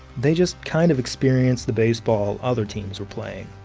they just kind of experienced the baseball other teams were playing.